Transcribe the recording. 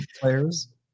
players